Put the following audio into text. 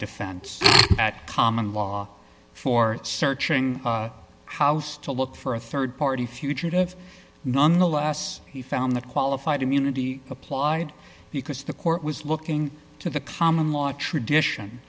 defense at common law for searching house to look for a rd party fugitive nonetheless he found that qualified immunity applied because the court was looking to the common law tradition